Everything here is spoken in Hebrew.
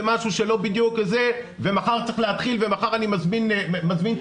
משהו שלא בדיוק זה ומחר צריך להתחיל ומחר אני מזמין את